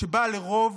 שבה לרוב